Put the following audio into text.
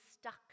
stuck